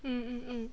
mm mm mm